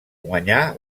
guanyà